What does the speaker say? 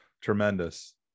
tremendous